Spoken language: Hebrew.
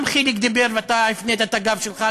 גם חיליק דיבר ואתה הפנית את הגב שלך,